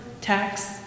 tax